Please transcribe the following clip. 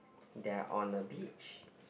they are on the beach